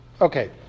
Okay